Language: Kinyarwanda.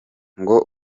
ngo